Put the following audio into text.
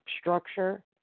structure